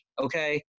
Okay